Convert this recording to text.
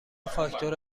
فاکتور